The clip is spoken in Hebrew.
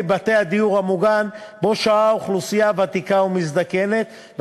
בתי הדיור המוגן שבהם שוהה אוכלוסייה ותיקה ומזדקנת,